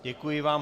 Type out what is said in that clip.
Děkuji vám.